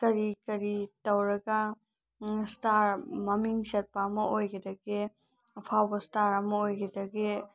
ꯀꯔꯤ ꯀꯔꯤ ꯇꯧꯔꯒ ꯏꯁꯇꯥꯔ ꯃꯃꯤꯡ ꯆꯠꯄ ꯑꯃ ꯑꯣꯏꯒꯗꯒꯦ ꯑꯐꯥꯎꯕ ꯏꯁꯇꯥꯔ ꯑꯃ ꯑꯣꯏꯒꯗꯒꯦ